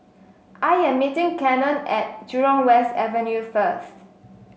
I am meeting Cannon at Jurong West Avenue first